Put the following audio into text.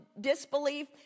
disbelief